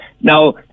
Now